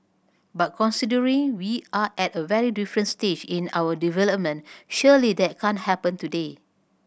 but considering we are at a very different stage in our development surely that can't happen today